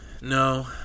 No